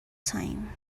time